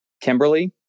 Kimberly